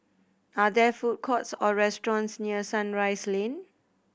are there food courts or restaurants near Sunrise Lane